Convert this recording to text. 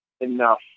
enough